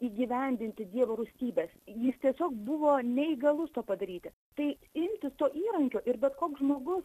įgyvendinti dievo rūstybės jis tiesiog buvo neįgalus to padaryti tai imtis to įrankio ir bet koks žmogus